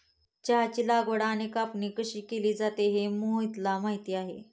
चहाची लागवड आणि कापणी कशी केली जाते हे मोहितला माहित आहे